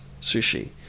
sushi